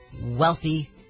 wealthy